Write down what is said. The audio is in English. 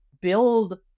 build